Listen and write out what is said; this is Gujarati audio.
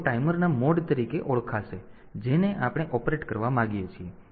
તેથી તેઓ ટાઈમરના મોડને ઓળખશે કે જેને આપણે ઓપરેટ કરવા માંગીએ છીએ